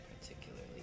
particularly